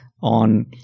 on